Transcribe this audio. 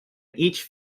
each